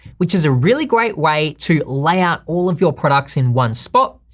which is a really great way to lay out all of your products in one spot.